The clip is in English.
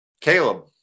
Caleb